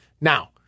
Now